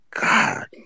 God